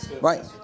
Right